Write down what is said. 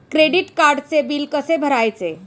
Credit कार्डचे bill कसे भरायचे?